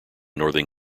northern